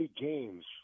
games